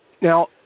Now